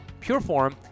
Pureform